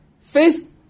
faith